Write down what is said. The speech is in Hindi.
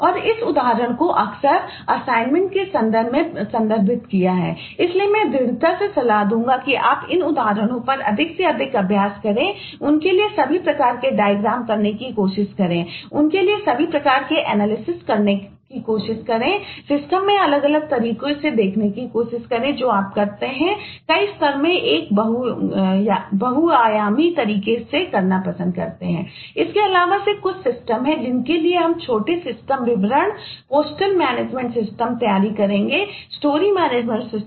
और इस उदाहरण को अक्सर असाइनमेंट